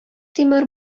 тимер